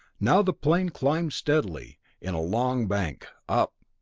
now the plane climbed steadily in a long bank up,